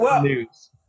news